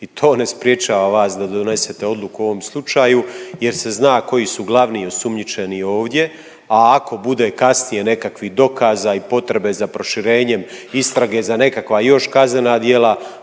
i to ne sprječava vas da donesete odluku o ovom slučaju, jer se zna koji su glavni i osumnjičeni ovdje. A ako bude kasnije nekakvih dokaza i potrebe za proširenjem istrage za nekakva još kaznena djela